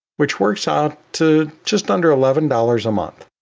which works out to just under eleven dollars a month,